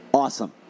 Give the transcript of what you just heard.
Awesome